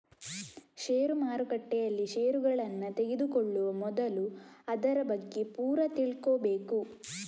ಷೇರು ಮಾರುಕಟ್ಟೆಯಲ್ಲಿ ಷೇರುಗಳನ್ನ ತೆಗೆದುಕೊಳ್ಳುವ ಮೊದಲು ಅದರ ಬಗ್ಗೆ ಪೂರ ತಿಳ್ಕೊಬೇಕು